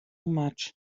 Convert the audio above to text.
much